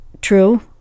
true